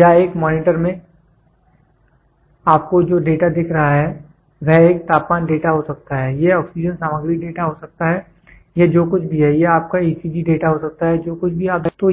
या एक मॉनिटर में आपको जो डेटा दिख रहा है वह एक तापमान डेटा हो सकता है यह ऑक्सीजन सामग्री डेटा हो सकता है यह जो कुछ भी है यह आपका ईसीजी डेटा हो सकता है जो कुछ भी आप इसे देख रहे हैं